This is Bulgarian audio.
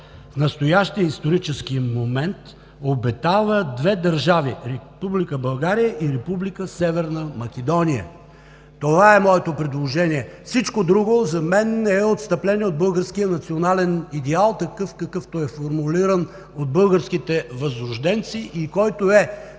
в настоящия исторически момент обитава две държави – Република България и Република Северна Македония“. Това е моето предложение. Всичко друго за мен е отстъпление от българския национален идеал, какъвто е формулиран от българските възрожденци и който е